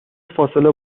فاصله